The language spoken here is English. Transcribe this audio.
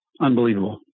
Unbelievable